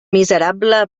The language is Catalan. miserable